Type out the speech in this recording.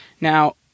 Now